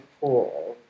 pool